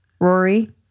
Rory